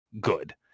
good